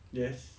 yes